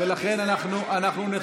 ועכשיו אני רוצה לפרט.